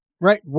Right